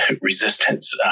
resistance